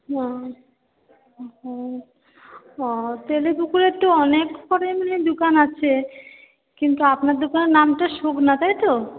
হুম হুম ও তেলা পুকুরে তো অনেক করে দোকান আছে কিন্তু আপনার দোকানের নামটা সুগণা তাই তো